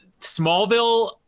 Smallville